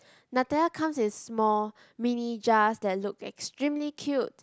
Nutella comes in small mini jars that look extremely cute